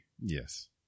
Yes